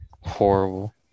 Horrible